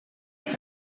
het